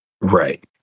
Right